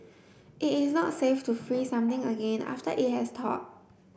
it is not safe to freeze something again after it has thawed